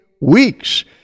weeks